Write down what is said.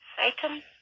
Satan